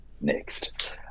next